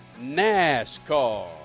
NASCAR